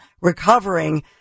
recovering